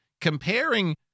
comparing